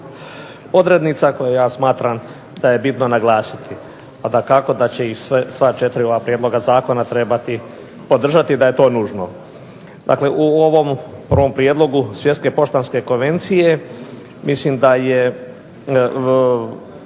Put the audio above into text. odrednica koje ja smatram da je bitno naglasiti, a dakako da će ih sve, sva četiri ova prijedloga zakona trebati podržati, da je to nužno. Dakle, u ovom prvom prijedlogu Svjetske poštanske konvencije mislim da je